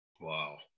wow